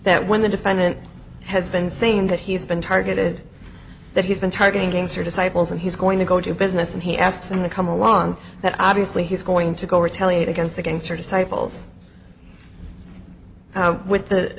that when the defendant has been saying that he's been targeted that he's been targeting gangster disciples and he's going to go to business and he asks them to come along that obviously he's going to go retaliate against the gangster disciples with the